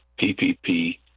PPP